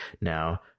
now